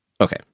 Okay